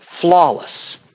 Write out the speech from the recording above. flawless